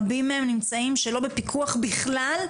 רבים מהם נמצאים שלא בפיקוח בכלל,